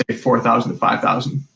four thousand to five thousand,